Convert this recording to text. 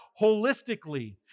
holistically